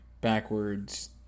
backwards